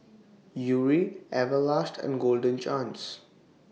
Yuri Everlast and Golden Chance